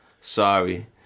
Sorry